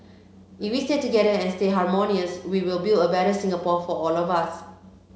if we stay together and stay harmonious we will build a better Singapore for all of us